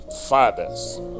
fathers